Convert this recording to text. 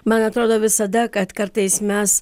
man atrodo visada kad kartais mes